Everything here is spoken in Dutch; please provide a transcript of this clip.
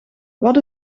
wat